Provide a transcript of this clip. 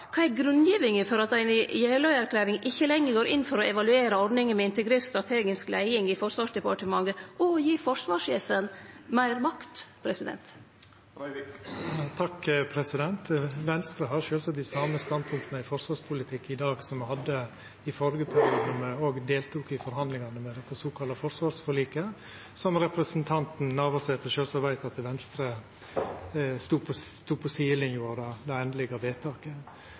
Kva er grunngivinga for at ein i Jeløya-erklæringa ikkje lenger går inn for å evaluere ordninga med integrert strategisk leiing i Forsvarsdepartementet og å gi forsvarssjefen meir makt? Venstre har sjølvsagt dei same standpunkta i forsvarspolitikken i dag som me hadde i førre periode, då me òg deltok i forhandlingane om det såkalla forsvarsforliket. Representanten Navarsete veit sjølvsagt at Venstre stod på sidelinja av det endelege vedtaket.